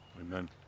Amen